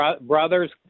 Brothers